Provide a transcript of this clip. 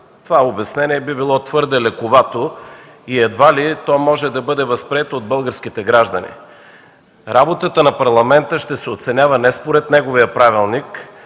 Това обяснение би било твърде лековато и едва ли може да бъде възприето от българските граждани. Работата на Парламента ще се оценява не според неговия правилник,